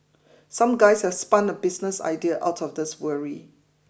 some guys have spun a business idea out of this worry